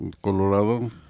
Colorado